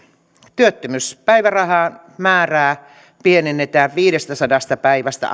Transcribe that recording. työttömyyspäivärahan määrää pienennetään viidestäsadasta päivästä